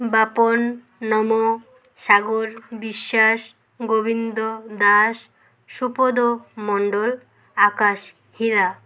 ବାପନ ନମ ସାଗର ବିଶ୍ୱାସ ଗୋବିନ୍ଦ ଦାସ ସୁପଦ ମଣ୍ଡଲ ଆକାଶ ହୀରା